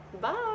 Bye